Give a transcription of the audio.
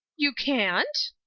you can't?